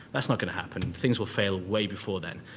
that's not going to happen. things will fail way before then.